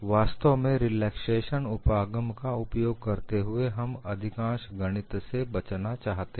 वास्तव में रिलैक्सेशन उपागम का उपयोग करते हुए हम अधिकांश गणित से बचना चाहते हैं